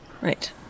Right